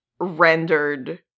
rendered